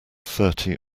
thirty